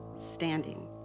standing